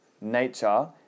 nature